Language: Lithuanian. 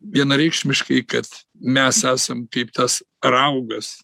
vienareikšmiškai kad mes esam kaip tas raugas